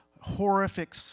horrific